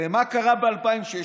ומה קרה ב-2016?